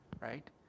right